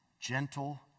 gentle